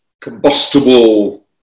combustible